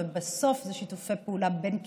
ובסוף זה שיתופי פעולה בין קהילות.